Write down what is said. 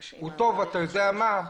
הוא טוב לכל השנה כולה.